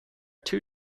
two